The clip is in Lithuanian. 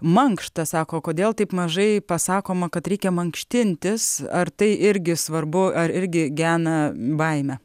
mankštą sako kodėl taip mažai pasakoma kad reikia mankštintis ar tai irgi svarbu ar irgi gena baimę